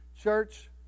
Church